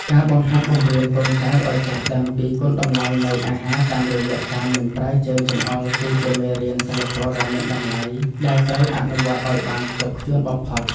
ការបង្ហាត់បង្រៀនកូនចៅឱ្យចេះដឹងពីគុណតម្លៃនៃអាហារតាមរយៈការមិនប្រើជើងចង្អុលគឺជាមេរៀនសីលធម៌ដ៏មានតម្លៃដែលត្រូវអនុវត្តឱ្យបានខ្ជាប់ខ្ជួនបំផុត។